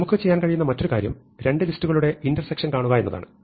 നമുക്ക് ചെയ്യാൻ കഴിയുന്ന മറ്റൊരു കാര്യം രണ്ട് ലിസ്റ്റുകളുടെ ഇന്റർസെക്ഷൻ കാണുക എന്നതാണ്